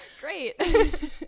great